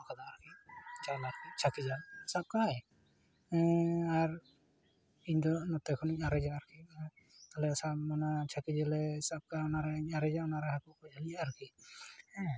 ᱡᱟᱞ ᱟᱨᱠᱤ ᱪᱷᱟᱹᱠᱤ ᱡᱟᱞ ᱥᱟᱵ ᱠᱟᱜᱼᱟᱭ ᱟᱨ ᱤᱧᱫᱚ ᱱᱚᱛᱮ ᱠᱷᱚᱱᱤᱧ ᱟᱨᱮᱡᱟ ᱟᱨᱠᱤ ᱛᱟᱦᱞᱮ ᱥᱟᱵᱽᱢᱮ ᱚᱱᱟ ᱪᱷᱟᱹᱠᱤ ᱡᱟᱞᱮ ᱥᱟᱵ ᱠᱟᱜᱼᱟ ᱚᱱᱟᱨᱤᱧ ᱟᱨᱮᱡᱟ ᱚᱱᱟᱨᱮ ᱦᱟᱹᱠᱩ ᱠᱚ ᱡᱷᱟᱹᱞᱤᱜᱼᱟ ᱟᱨᱠᱤ ᱦᱮᱸ